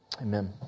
Amen